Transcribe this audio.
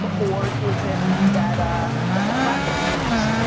but or is it that, ah, that the platform sucks.